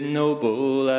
noble